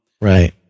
Right